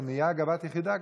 זה נהיה גאוות יחידה,